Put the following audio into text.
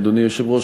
אדוני היושב-ראש,